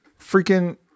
freaking